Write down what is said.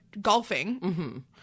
golfing